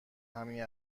همین